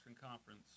Conference